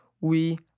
We